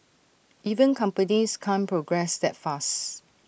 even companies can't progress that fast